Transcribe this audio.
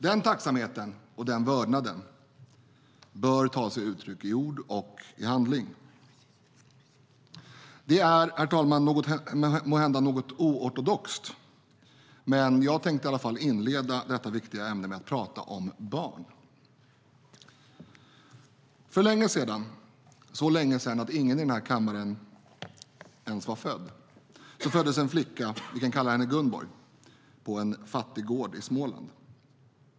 Denna tacksamhet och vördnad bör ta sig uttryck i ord och i handling. För länge sedan, så länge sedan att ingen i den här kammaren ens var född, föddes en flicka - vi kan kalla henne Gunborg - på en fattig gård i Småland.